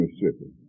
Mississippi